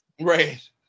right